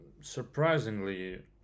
Surprisingly